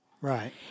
right